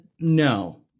No